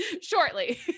shortly